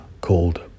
called